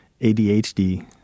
ADHD